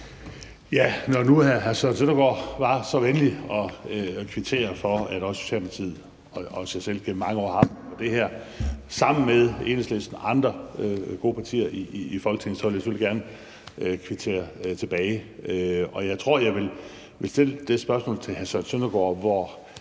(S): Når nu hr. Søren Søndergaard var så venlig at kvittere for, at også Socialdemokratiet og også jeg selv gennem mange år har arbejdet på det her sammen med Enhedslisten og andre gode partier i Folketinget, vil jeg selvfølgelig gerne kvittere tilbage. Og jeg tror, jeg vil stille dette spørgsmål til hr. Søren Søndergaard: Hvor